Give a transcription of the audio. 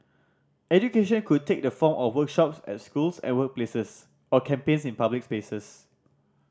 education could take the form of workshops at schools and workplaces or campaigns in public spaces